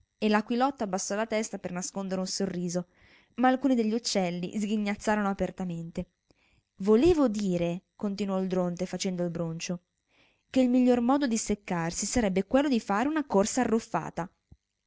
e l'aquilotto abbassò la testa per nascondere un sorriso ma alcuni degli uccelli sghignazzarono apertamente volevo dire continuò il dronte facendo il broncio che il miglior modo di seccarsi sarebbe quello di fare una corsa arruffata